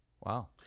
Wow